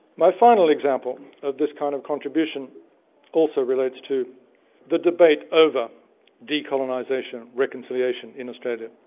my final example of this kind of contribution also relates to the debate over decolonization, reconciliation, in australia.